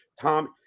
Tom